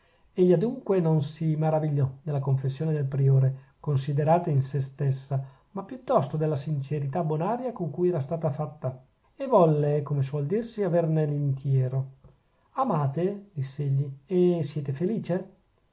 egli adunque non si maravigliò della confessione del priore considerata in sè stessa ma piuttosto della sincerità bonaria con cui era stata fatta e volle come suol dirsi averne l'intiero amate diss'egli e siete felice